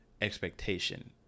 expectation